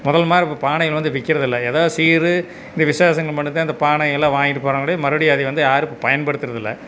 முதல் மாரி இப்ப பானைகள் வந்து விற்கிறதில்ல ஏதா சீரு இந்த விசேஷங்கள் மட்டும்தான் இந்த பானைங்கெல்லாம் வாங்கிகிட்டு போனால் கூட மறுபடி அதை வந்து யாரும் பயன்படுத்தறதில்ல